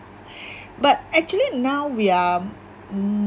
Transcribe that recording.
but actually now we are mm